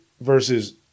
versus